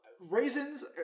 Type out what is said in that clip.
raisins